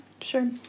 Sure